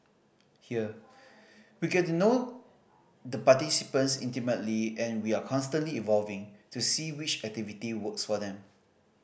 here we get to know the participants intimately and we are constantly evolving to see which activity works for them